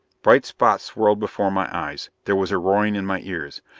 bright spots swirled before my eyes. there was a roaring in my ears.